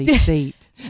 seat